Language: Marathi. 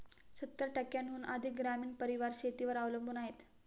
सत्तर टक्क्यांहून अधिक ग्रामीण परिवार शेतीवर अवलंबून आहेत